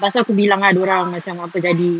lepas tu aku bilang lah dia orang macam apa jadi